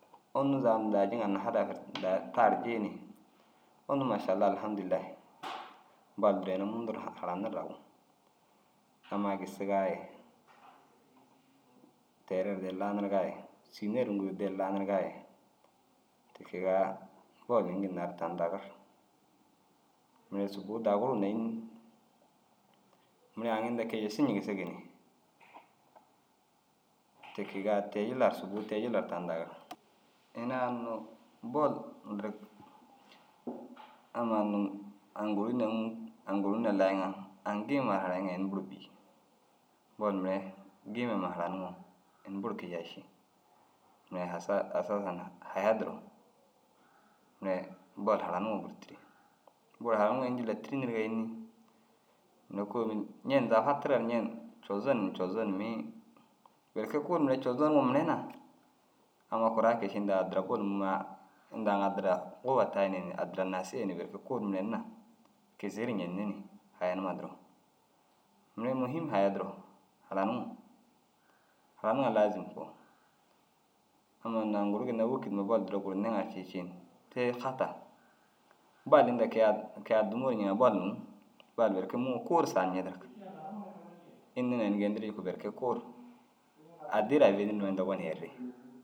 Unnu zaga unnu daa jiŋan na hadaf ru daa tar jii ni unnu mašalaah alhamdûlillahi. Bal duro ina mundu ru haranir agu. Ammai gisigaa ye teere ru der lanirigaa ye sîne ru mû der lanirigaa ye ti kegaa bol ini ginna ru tani dagir. Mire subuu daguruu na înni? Mire aŋ inda kiyesu cigisigi ni. Ti kegaa te- i jillar subuu te- i jillar tani dagir. Ini a unnu « bol » ndirig amma unnu aŋ guru na ûŋuug, aŋ guru na layiŋaa aŋ gêema ru harayiŋa ini buru bîyi. Bol mire gêema huma haranuŋo ini buru kiyai ši. Mire hasa hasasin na haya duro mire bol haranuŋo buru tîri. Bol haranuŋo ini jilla tîri niriga înni? Mire kôoli ñen zaga fatiriga ru ñen cozonum na cozonimii belke kuu ru mire cozoniŋo mire na amma kuraa kee ši inda addira bol mûumaa inda aŋ addira guuwa tayi ni addira nasiya ni berke kuu ru miren na kizii ru cenni ni haya numa duro. Mire muhim haya duro haranuŋo, haraniŋo laazim koo. Amma unnu aŋ guru ginna wôkidma bol duro guruunne ŋa ru cii ciin, te hataa. Bol inda ke- i a ke- i addimuu ru ñiŋa bol mûum bol berke mûuŋo kuu ru saar ñidirig. Înni na ini geendirii jikuu berke kuu ru addii ru avenir numa inda gonum yerii